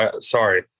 sorry